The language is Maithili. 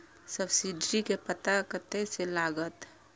सब्सीडी के पता कतय से लागत?